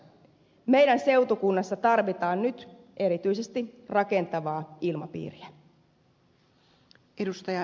meidän seutukunnassamme tarvitaan nyt erityisesti rakentavaa ilmapiiriä